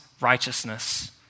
righteousness